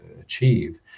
achieve